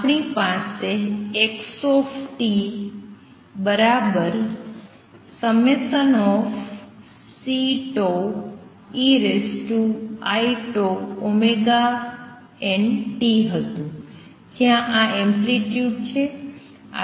આપણી પાસે x બરાબર Ceiτωt હતું જ્યાં આ એમ્પ્લિટ્યુડ છે આ x છે